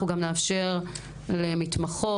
אנחנו גם נאפשר למתמחות,